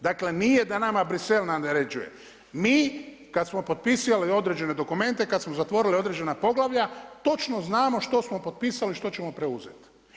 Dakle nije da nama Bruxelles naređuje, mi kada smo potpisali određene dokumente, kada smo zatvorili određena poglavlja točno znamo što smo potpisali, što ćemo preuzeti.